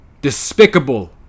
despicable